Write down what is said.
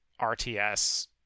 RTS